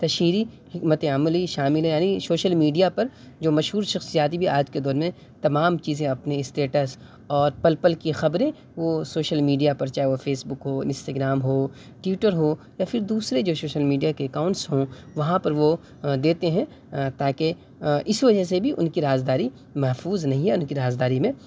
تشہیری حکمت عملی شامل ہے یعنی شوشل میڈیا پر جو مشہور شخصیات بھی آج کے دور میں تمام چیزیں اپنی اسٹیٹس اور پل پل کی خبریں وہ سوشل میڈیا پر چاہے وہ فیسبک ہو انستاگرام ہو ٹویٹر ہو یا پھر دوسرے جو سوشل میڈیا کے اکاؤنٹس ہوں وہاں پر وہ دیتے ہیں تاکہ اس وجہ سے بھی ان کی رازداری محفوظ نہیں ہے یا ان کی رازداری میں